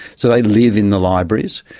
so they live in the libraries.